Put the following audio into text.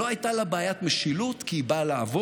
לא הייתה לה בעיית משילות, כי היא באה לעבוד.